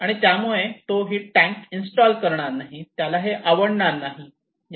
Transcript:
आणि त्यामुळे तो हि टॅंक इंस्टॉल करणार नाही त्याला हे आवडणार नाही